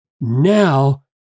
Now